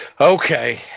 okay